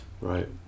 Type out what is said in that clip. Right